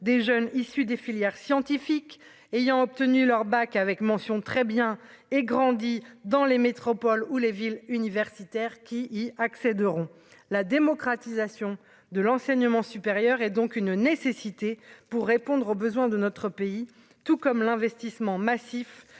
des jeunes issus des filières scientifiques ayant obtenu leur bac avec mention très bien et grandi dans les métropoles ou les villes universitaires qui y accéderont, la démocratisation de l'enseignement supérieur et donc une nécessité pour répondre aux besoins de notre pays, tout comme l'investissement massif